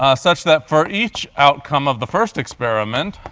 ah such that for each outcome of the first experiment,